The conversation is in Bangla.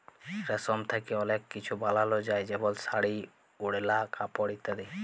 রেশম থ্যাকে অলেক কিছু বালাল যায় যেমল শাড়ি, ওড়লা, কাপড় ইত্যাদি